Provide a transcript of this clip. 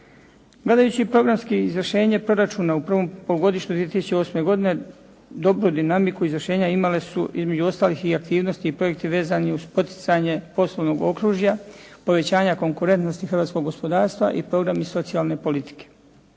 Gledajući programski izvršenje proračuna u prvom polugodištu 2008. godine, dobru dinamiku izvršenja imale su između ostalih i aktivnosti i projekti vezani uz poticanje poslovnog okružja, povećanja konkurentnosti hrvatskog gospodarstva i programi socijalne politike.